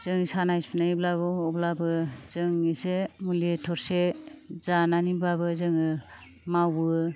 जों सानाय सुनायब्लाबो हब्लाबो जों एसे मुलि थरसे जानानैबाबो जोङो मावयो